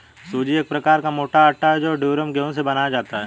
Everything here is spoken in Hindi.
सूजी एक प्रकार का मोटा आटा है जो ड्यूरम गेहूं से बनाया जाता है